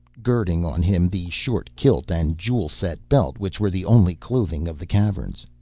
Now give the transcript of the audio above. girding on him the short kilt and jewel-set belt which were the only clothing of the caverns.